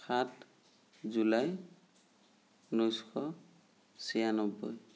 সাত জুলাই ঊনৈছশ ছিয়ান্নব্বৈ